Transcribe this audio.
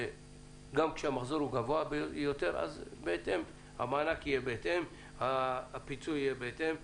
גם כשהמחזור גבוה ביותר אז המענק והפיצוי יהיה בהתאם.